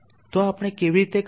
તો આપણે તે કેવી રીતે કરીએ